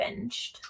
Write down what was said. binged